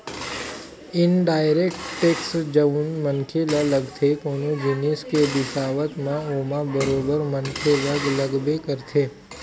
indirect tax जउन मनखे ल लगथे कोनो जिनिस के बिसावत म ओमा बरोबर मनखे ल लगबे करथे